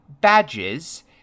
badges